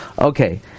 okay